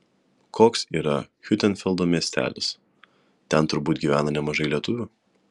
koks yra hiutenfeldo miestelis ten turbūt gyvena nemažai lietuvių